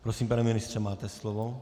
Prosím, pane ministře, máte slovo.